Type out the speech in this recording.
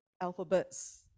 alphabets